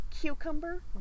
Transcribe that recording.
cucumber